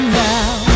now